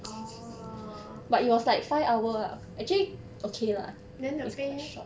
orh then the pay eh